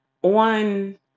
one